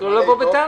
זה לא לבוא בטענות.